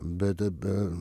bet be